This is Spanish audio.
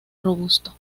robusto